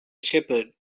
shepherd